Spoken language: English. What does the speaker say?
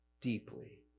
deeply